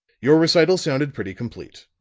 your recital sounded pretty complete.